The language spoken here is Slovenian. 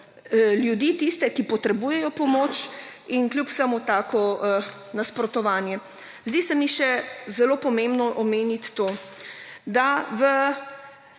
ljudi, tiste, ki potrebujejo pomoč, in kljub vsemu tako nasprotovanje. Zdi se mi še zelo pomembno omeniti to, da v